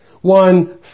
one